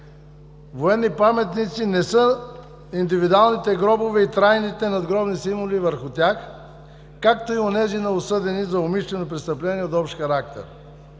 военни паметници не са индивидуалните гробове и трайните надгробни символи върху тях, както и онези на осъдени за умишлено престъпление от общ характер.